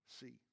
see